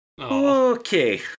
Okay